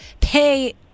pay